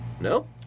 No